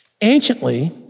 Anciently